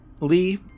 Lee